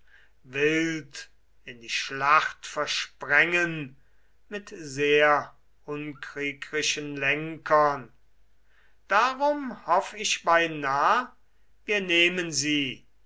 wild in die schlacht versprengen mit sehr unkriegrischen lenkern darum hoff ich beinah wir nehmen sie